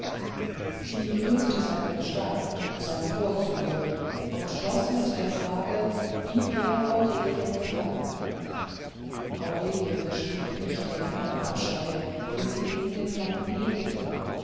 sie rühmte seine gestalt seine vorzüge und schloß mit der frage wie er aurelien gefalle aurelie verschwieg nicht den innern abscheu den sie gegen den fremden hegte